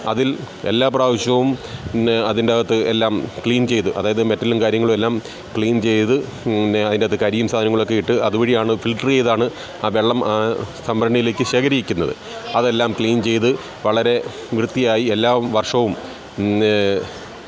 അതിൽ എല്ലാ പ്രാവശ്യവും അതിന്റെയകത്ത് എല്ലാം ക്ലീൻ ചെയ്ത് അതായത് മെറ്റലും കാര്യങ്ങളുമെല്ലാം ക്ലീൻ ചെയ്ത് അതിന്റെയകത്ത് കരിയും സാധനങ്ങളുമൊക്കെ ഇട്ട് അതുവഴിയാണ് ഫിൽറ്റർ ചെയ്താണ് ആ വെള്ളം സംഭരണയിലേക്ക് ശേഖരിക്കുന്നത് അതെല്ലാം ക്ലീൻ ചെയ്ത് വളരെ വൃത്തിയായി എല്ലാ വർഷവും